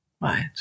right